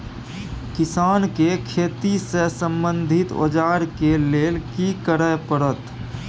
किसान के खेती से संबंधित औजार के लेल की करय परत?